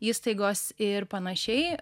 įstaigos ir panašiai